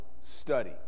study